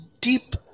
deep